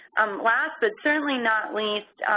um last but certainly not least,